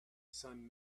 son